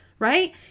right